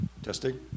Testing